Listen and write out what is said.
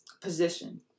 position